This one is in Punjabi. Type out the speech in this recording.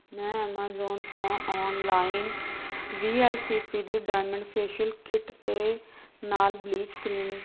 ਮੈਂ ਐਮਾਜ਼ੋਨ ਤੋਂ online V L C C ਦੀ ਡਾਇਮੰਡ ਫੈਸ਼ੀਅਲ ਕਿੱਟ ਅਤੇ ਨਾਲ ਬਲੀਚ ਕਰੀਮ